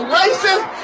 racist